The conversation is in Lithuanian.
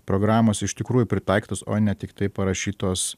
programos iš tikrųjų pritaikytos o ne tiktai parašytos